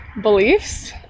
beliefs